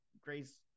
Grace